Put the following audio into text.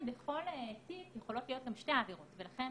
בכל תיק יכולות להיות גם שתי עבירות לכן